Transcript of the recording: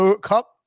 Cup